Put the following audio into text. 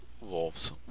wolves